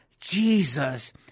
Jesus